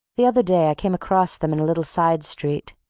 the other day i came across them in a little side street.